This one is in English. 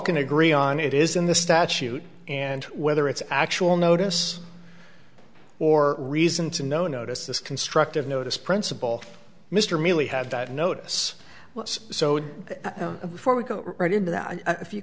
can agree on it is in the statute and whether it's actual notice or reason to no notice this constructive notice principal mr mealy had that notice so for we go right into that if you